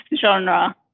genre